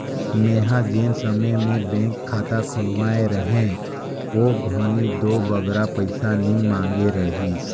मेंहा जेन समे में बेंक खाता खोलवाए रहें ओ घनी दो बगरा पइसा नी मांगे रहिस